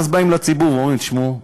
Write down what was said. ואז באים לציבור ואומרים: תשמעו,